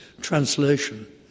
translation